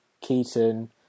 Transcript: Keaton